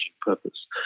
purpose